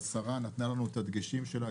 השרה נתנה לנו את דגשים שלה,